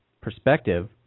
perspective